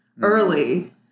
early